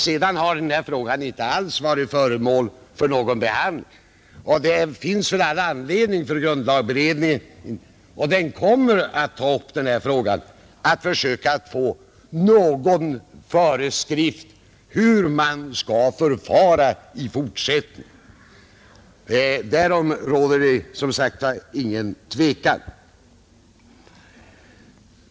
Sedan har frågan inte alls varit föremål för behandling, och det finns all anledning för grundlagberedningen att ta upp saken — och den kommer att göra det — för att försöka få till stånd någon föreskrift om hur man skall förfara i fortsättningen. Därom råder inget tvivel.